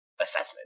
assessment